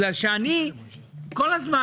כל הזמן,